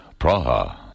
Praha